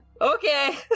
okay